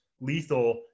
lethal